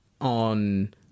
on